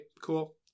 cool